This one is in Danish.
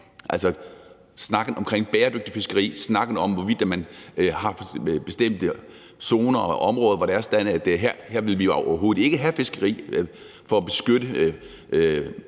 altså snakken om bæredygtigt fiskeri, snakken om, hvorvidt man har bestemte zoner og områder, hvor det er sådan, at her vil vi overhovedet ikke have fiskeri for at beskytte